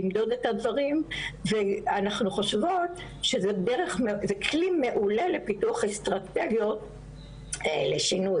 למדוד את הדברים ואנחנו חושבות שזה כלי מעולה לפיתוח אסטרטגיות לשינוי.